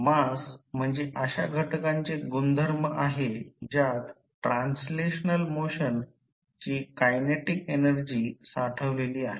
मास म्हणजे अशा घटकाचे गुणधर्म आहे ज्यात ट्रान्सलेशनल मोशन ची कायनेटिक एनर्जी साठवलेली आहे